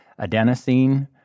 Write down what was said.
adenosine